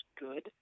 good